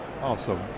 awesome